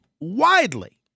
widely